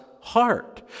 heart